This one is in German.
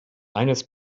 eines